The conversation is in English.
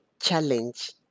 Challenge